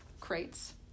crates